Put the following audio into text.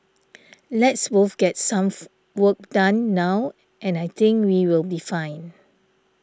let's both get some work done now and I think we will be fine